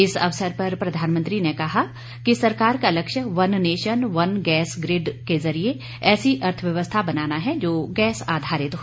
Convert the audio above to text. इस अवसर पर प्रधानमंत्री ने कहा कि सरकार का लक्ष्य one nation one gas grid के जरिए ऐसी अर्थव्यवस्था बनाना है जो गैस आधारित हो